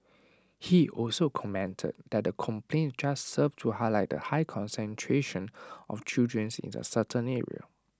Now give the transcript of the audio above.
he also commented that the complaints just served to highlight the high concentration of children's in A certain area